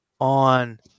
on